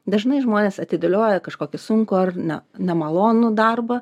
dažnai žmonės atidėlioja kažkokį sunkų ar ne nemalonų darbą